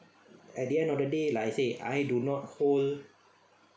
at the end of the day like I said I do not owe